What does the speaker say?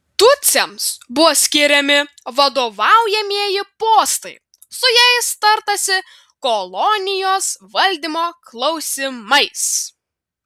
tutsiams buvo skiriami vadovaujamieji postai su jais tartasi kolonijos valdymo klausimais